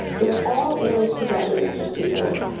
we are all in this together, mr. speaker.